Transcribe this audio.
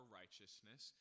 righteousness